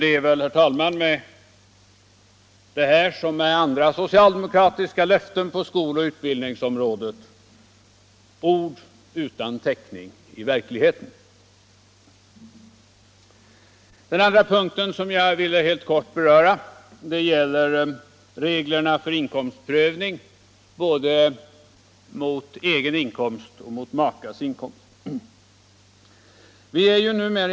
Den målsättningen var väl, herr talman, liksom andra socialdemokratiska löften på skoloch utbildningsområdet, ord utan täckning i verkligheten. För det andra vill jag beröra reglerna för inkomstprövning både beträffande egen inkomst och makes eller makas inkomst.